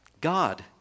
God